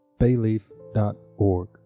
bayleaf.org